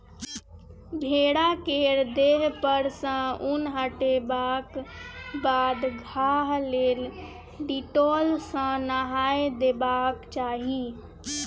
भेड़ा केर देह पर सँ उन हटेबाक बाद घाह लेल डिटोल सँ नहाए देबाक चाही